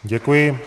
Děkuji.